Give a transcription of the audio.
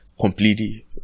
completely